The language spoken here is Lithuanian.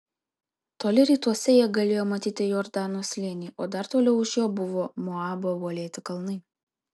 toli rytuose jie galėjo matyti jordano slėnį o dar toliau už jo buvo moabo uolėti kalnai